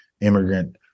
immigrant